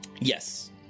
Yes